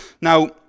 Now